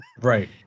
Right